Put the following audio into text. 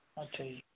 ਅੱਛਾ ਜੀ